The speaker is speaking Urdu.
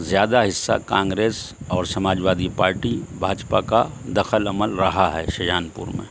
زیادہ حصہ کانگریس اور سماجوادی پارٹی بھاجپا کا دخل عمل رہا ہے شاہجہان پور میں